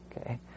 okay